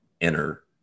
Enter